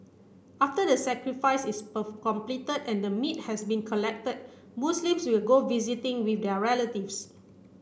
after the sacrifice is complete and the meat has been collect Muslims will go visiting with their relatives